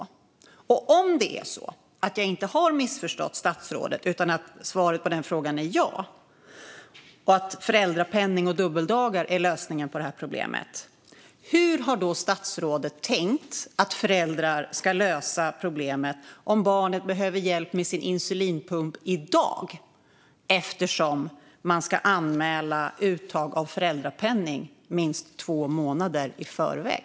Och om jag inte har missförstått statsrådet utan svaret på den frågan är ja och alltså föräldrapenning och dubbeldagar är lösningen på problemet, hur har statsrådet då tänkt att föräldrar ska lösa problemet om barnet behöver hjälp med sin insulinpump i dag? Uttag av föräldrapenning ska man ju anmäla minst två månader i förväg.